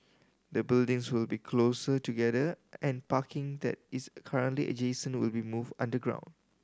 the buildings will be closer together and parking that is currently adjacent will be moved underground